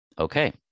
Okay